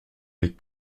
les